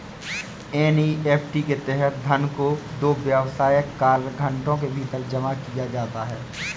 NEFT के तहत धन दो व्यावसायिक कार्य घंटों के भीतर जमा किया जाता है